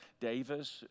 Davis